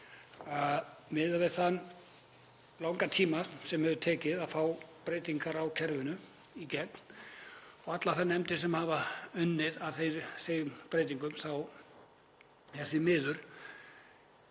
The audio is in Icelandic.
miðað við þann langa tíma sem það hefur tekið að fá breytingar á kerfinu í gegn og allar þær nefndir sem hafa unnið að þeim breytingum, þá er reynslan